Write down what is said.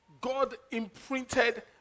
God-imprinted